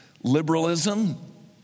Liberalism